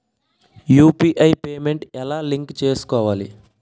UPI payment ఎలా link చేసుకోవాలి?